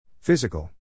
Physical